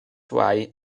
why